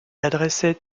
adressait